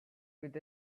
with